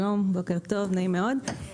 שלום, בוקר טוב, נעים מאוד.